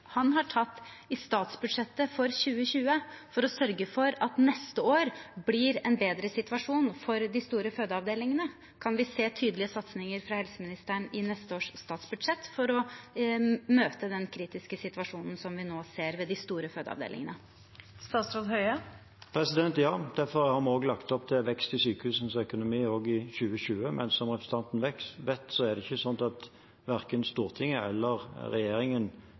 han har tatt i statsbudsjettet for 2020 for å sørge for at situasjonen neste år blir bedre for de store fødeavdelingene. Kan vi se tydelige satsninger fra helseministeren i neste års statsbudsjett for å møte den kritiske situasjonen som vi nå ser ved de store fødeavdelingene? Ja, og derfor har vi lagt opp til vekst i sykehusenes økonomi også i 2020. Men som representanten vet, er det sånn at verken Stortinget eller regjeringen